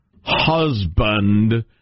husband